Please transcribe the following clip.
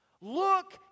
Look